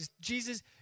Jesus